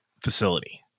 facility